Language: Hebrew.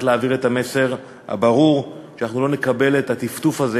להעביר את המסר הברור: אנחנו לא נקבל את הטפטוף הזה